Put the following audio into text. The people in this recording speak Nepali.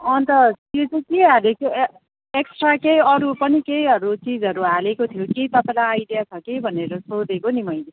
अन्त त्यो चाहिँ के हालेको थियो ए एक्स्ट्रा केही अरू पनि केहीहरू चिजहरू हालेको थियो कि तपाईँलाई आइडिया छ कि भनेर सोधेको नि मैले